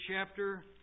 chapter